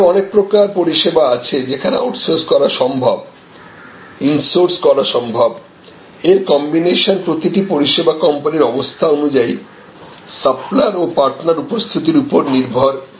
আরো অনেক প্রকার পরিষেবা আছে যেখানে আউটসোর্স করা সম্ভব ইন্সোর্স করা সম্ভব এর কম্বিনেশন প্রতিটি পরিষেবা কোম্পানির অবস্থা অনুযায়ী সাপ্লায়ার ও পার্টনার উপস্থিতির উপর নির্ভর করবে